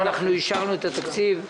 אנחנו אישרנו את התקציב.